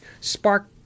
Spark